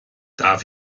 darf